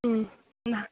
ꯎꯝ ꯅꯍꯥꯟ